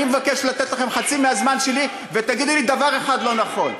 אני מבקש לתת לכם חצי מהזמן שלי ותגידו לי דבר אחד לא נכון.